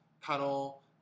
cuddle